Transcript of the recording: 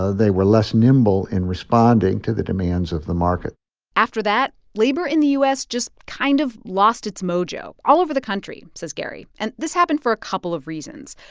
so they were less nimble in responding to the demands of the market after that, labor in the u s. just kind of lost its mojo, all over the country, says gary. and this happened for a couple of reasons.